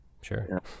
sure